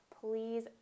please